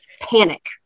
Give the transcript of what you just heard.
panic